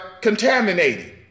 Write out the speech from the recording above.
contaminated